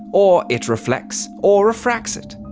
or it reflects or refracts it,